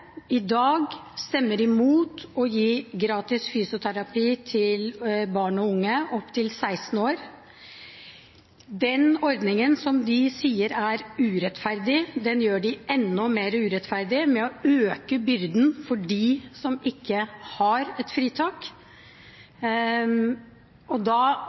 i dag mot å gi gratis fysioterapi til barn og unge opp til 16 år. Den ordningen som de sier er urettferdig, gjør de enda mer urettferdig ved å øke byrden for dem som ikke har et fritak. Da